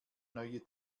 neue